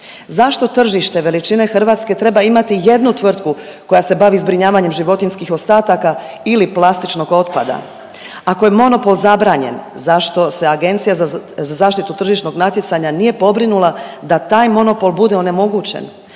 Zašto tržište veličine Hrvatske treba imati jednu tvrtku koja se bavi zbrinjavanjem životinjskih ostataka ili plastičnog otpada? Ako je monopol zabranjen, zašto se Agencija za zaštitu tržišnog natjecanja nije pobrinula da taj monopol bude onemogućen?